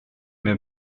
mehr